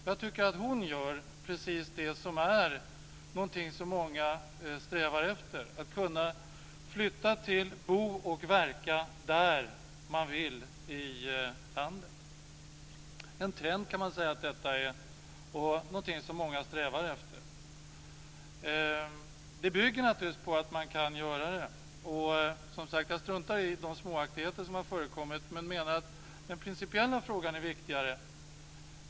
Jag tycker att hon gör precis det som många strävar efter, nämligen att flytta dit där man vill bo och verka i landet. Man kan säga att det här är en trend och någonting som många strävar efter. Det bygger naturligtvis på att man kan göra det. Jag struntar, som sagt, i de småaktigheter som har förekommit och menar att den principiella frågan är viktigare.